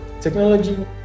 technology